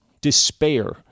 Despair